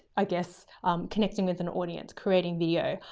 i guess connecting with an audience, creating video.